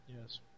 yes